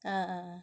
ah ah ah